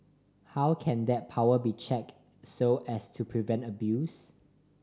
how can that power be checked so as to prevent abuse